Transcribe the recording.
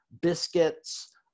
biscuits